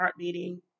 heartbeating